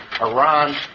Iran